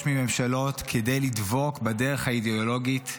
מממשלות כדי לדבוק בדרך האידיאולוגית.